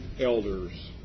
elders